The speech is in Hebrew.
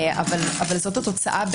אבל זאת התוצאה.